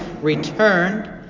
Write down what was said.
returned